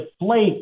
deflate